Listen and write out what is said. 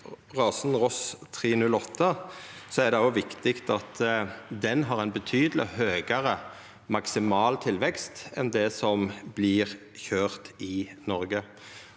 rasen Ross 308, er det òg viktig at den har ein betydeleg høgare maksimal tilvekst enn det som vert køyrt i Noreg.